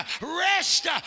rest